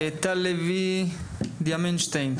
טל לוי דיאמינשטיין,